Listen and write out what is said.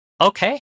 okay